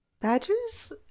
Badgers